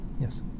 Yes